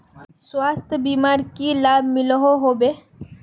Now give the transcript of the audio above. स्वास्थ्य बीमार की की लाभ मिलोहो होबे?